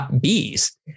bees